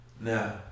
Now